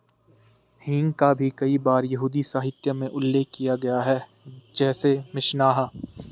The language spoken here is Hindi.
हींग का भी कई बार यहूदी साहित्य में उल्लेख किया गया है, जैसे मिशनाह